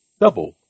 double